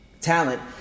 talent